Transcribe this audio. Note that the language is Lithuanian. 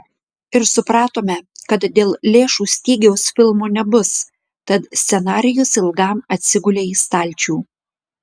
ir supratome kad dėl lėšų stygiaus filmo nebus tad scenarijus ilgam atsigulė į stalčių